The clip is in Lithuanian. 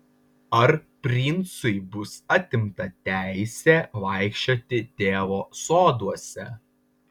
ar princui bus atimta teisė vaikščioti tėvo soduose